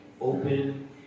open